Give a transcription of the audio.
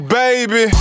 baby